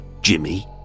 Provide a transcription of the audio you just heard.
Jimmy